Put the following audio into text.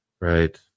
right